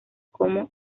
como